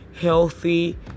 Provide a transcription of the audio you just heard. healthy